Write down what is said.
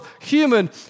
human